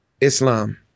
Islam